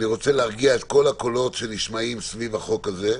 אני רוצה להרגיע את כל הקולות שנשמעים סביב החוק הזה.